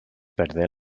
perdé